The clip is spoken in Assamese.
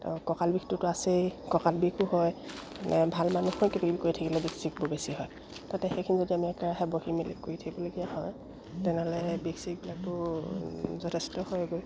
কঁকাল বিষটোতো আছেই কঁকাল বিষো হয় ভাল মানুহ কিবা কিবি কৰি থাকিলে বিষ চিষবোৰ বেছি হয় তাতে সেইখিনি যদি আমি একৰাহে বহি মেলি কৰি থাকিবলগীয়া হয় তেনেহ'লে বিষ চিষবিলাকো যথেষ্ট হয়গৈ